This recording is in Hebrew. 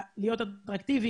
העובדה שהתורם המרכזי,